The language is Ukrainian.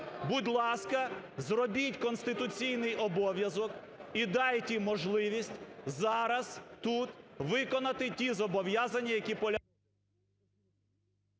Будь ласка, зробіть конституційний обов'язок і дайте можливість зараз, тут виконати ті зобов'язання, які полягають…